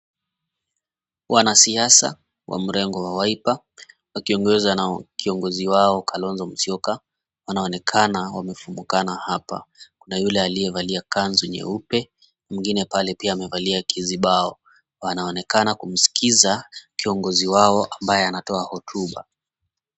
Wanasiasa wa mrengo wa "Wiper" wakiongozwa na kiongozi wao, Kalonzo Musyoka, wanaonekana wamefumbukana hapa. Kuna yule aliyevalia kanzu nyeupe, mwingine pale pia amevalia kizibao. Wanaonekana kumsikiza kiongozi wao ambaye anatoa hotuba.